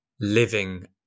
living